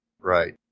Right